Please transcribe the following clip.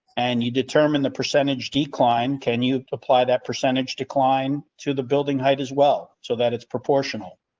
and you determine the percentage decline, can you apply that percentage decline to the building height as well? so that it's proportional.